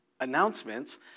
announcements